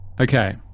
Okay